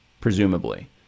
presumably